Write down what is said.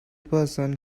person